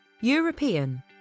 European